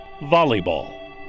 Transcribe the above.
volleyball